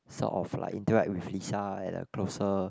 sort of like interact with Lisa at a closer